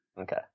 Okay